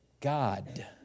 God